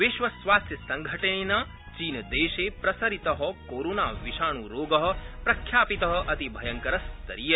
विश्वस्वास्थ्यसंघटनेन चीनदेशे प्रसरित कोरोनाविषाणुरोगप्रख्यापित अतिभयंकर स्तरीय